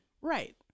Right